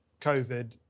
COVID